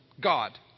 God